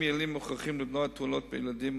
אמצעים יעילים ומוכחים למנוע תאונות בילדים,